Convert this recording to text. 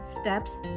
steps